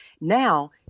Now